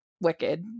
wicked